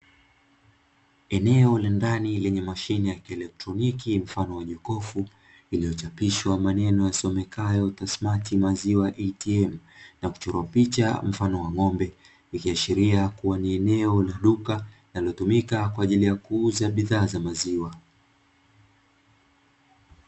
Eneo la ndani lenye mashine ya kielektroniki mfano wa jokofu, iliyochapishwa maneno yasomekayo, "Tasmati maziwa eitiem". Na kuchorwa picha mfano wa ng'ombe, ikiashiria kuwa ni eneo la duka linalotumika kwa ajili ya kuuza bidhaa za maziwa.